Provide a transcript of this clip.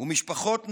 ומשפחות נושלו,